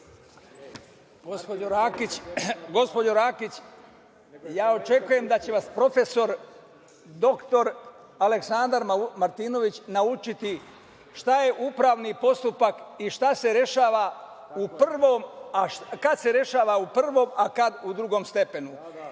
Gospođo Rakić, ja očekujem da će vas profesor dr. Aleksandar Martinović naučiti šta je upravni postupak i šta se rešava u prvom, kada se rešava u prvom, a kada se